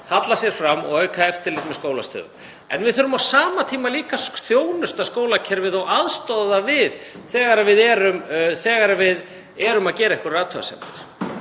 halla sér fram og auka eftirlit með skólastigum en við þurfum á sama tíma líka að þjónusta skólakerfið og aðstoða þegar við erum að gera einhverjar athugasemdir.